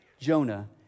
Jonah